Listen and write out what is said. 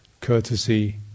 courtesy